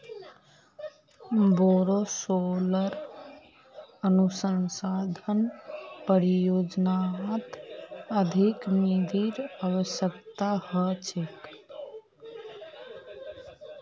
बोरो सोलर अनुसंधान परियोजनात अधिक निधिर अवश्यकता ह छेक